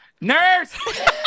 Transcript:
nurse